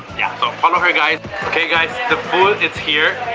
yeah so fun okay guys okay guys the food is here